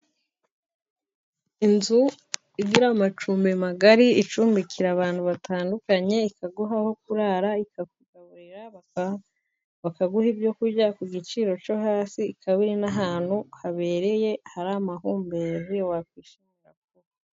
Inzu igira amacumbi magari icumbikira abantu batandukanye. Ikaguha aho kurara, ika kugaburira, bakaguha ibyo kurya ku giciro cyo hasi, iba n'ahantu habereye hari amahumbezi wakwishimira.